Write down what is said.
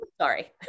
Sorry